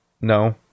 no